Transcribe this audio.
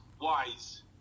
wise